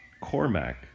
Cormac